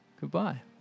goodbye